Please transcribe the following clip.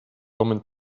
woman